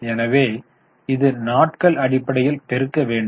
எனவே இது நாட்கள் அடிப்படையில் பெருக்க வேண்டும்